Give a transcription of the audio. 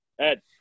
Ed